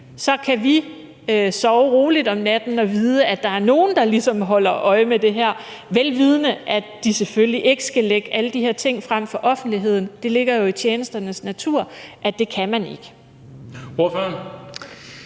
så kan vi sove roligt om natten og vide, at der er nogen, der ligesom holder øje med det her – vel vidende at de selvfølgelig ikke skal lægge alle de her ting frem for offentligheden. Det ligger jo i tjenesternes natur, at det kan man ikke.